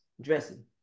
Dressing